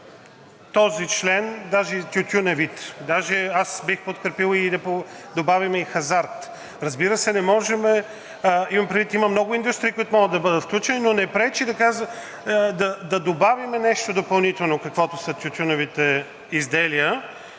този член – даже и тютюневите изделия, даже бих подкрепил да добавим и хазарта. Имам предвид, че има много индустрии, които могат да бъдат включени. Но не пречи да добавим нещо допълнително, каквито са тютюневите изделия.